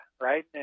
right